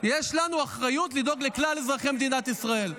יש לנו אחריות לדאוג לכלל אזרחי מדינת ישראל.